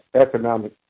economic